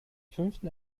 fünften